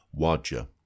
Wajah